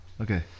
Okay